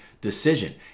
decision